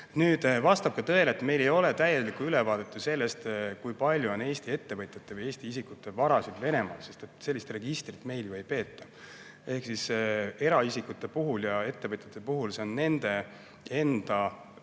Nüüd, vastab tõele, et meil ei ole täielikku ülevaadet sellest, kui palju on Eesti ettevõtjate või Eesti isikute varasid Venemaal, sest sellist registrit meil ju ei peeta. Eraisikute ja ettevõtjate puhul see on nende enda